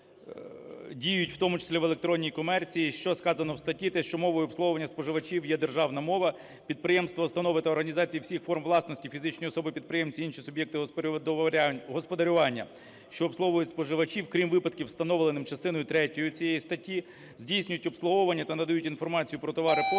діють в тому числі в електронній комерції. Що сказано в статті, те, що мовою обслуговування споживачів є державна мова. Підприємства, установи та організації всіх форм власності, фізичні особи-підприємці, інші суб'єкти господарювання, що обслуговують споживачів, крім випадків, встановлених частиною третьою цієї статті, здійснюють обслуговування та надають інформацію про товари,